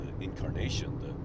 incarnation